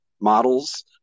models